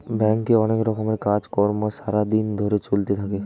ব্যাংকে অনেক রকমের কাজ কর্ম সারা দিন ধরে চলতে থাকে